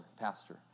pastor